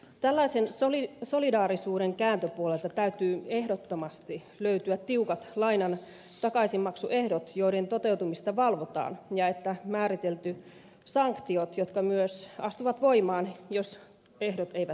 tällaisen solidaarisuuden kääntöpuolelta täytyy ehdottomasti löytyä tiukat lainan takaisinmaksuehdot joiden toteutumista valvotaan ja määritellyt sanktiot jotka myös astuvat voimaan jos ehdot eivät täyty